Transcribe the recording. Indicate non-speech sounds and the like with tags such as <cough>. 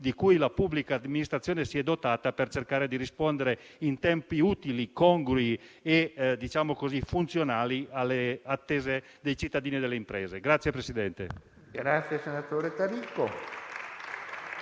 di cui la pubblica amministrazione si è dotata per cercare di rispondere in tempi utili, congrui e funzionali alle attese dei cittadini e delle imprese. <applause> PRESIDENTE.